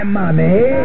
money